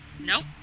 Nope